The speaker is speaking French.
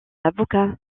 avocat